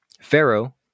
Pharaoh